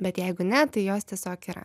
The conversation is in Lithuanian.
bet jeigu ne tai jos tiesiog yra